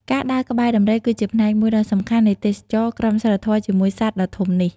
ការដើរក្បែរដំរី គឺជាផ្នែកមួយដ៏សំខាន់នៃទេសចរណ៍ក្រមសីលធម៌ជាមួយសត្វដ៏ធំនេះ។